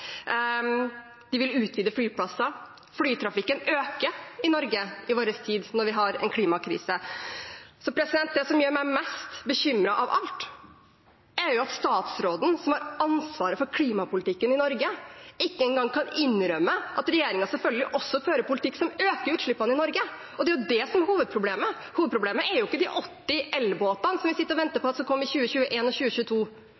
Norge i vår tid, når vi har en klimakrise. Det som gjør meg mest bekymret av alt, er at statsråden, som har ansvaret for klimapolitikken i Norge, ikke engang kan innrømme at regjeringen selvfølgelig også fører en politikk som øker utslippene i Norge. Det er jo det som er hovedproblemet. Hovedproblemet er jo ikke de 80 elbåtene som vi sitter og venter